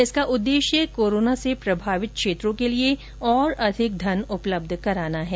इसका उद्देश्य कोरोना से प्रभावित क्षेत्रों के लिए और अधिक धन उपलब्ध कराना है